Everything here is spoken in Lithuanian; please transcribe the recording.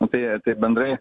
nu tai apie bendrai